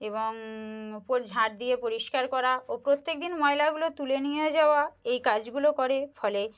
এবং পরি ঝাড় দিয়ে পরিষ্কার করা ও প্রতেকদিন ময়লাগুলো তুলে নিয়ে যাওয়া এই কাজগুলো করে ফলে